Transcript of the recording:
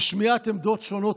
לשמיעת עמדות שונות,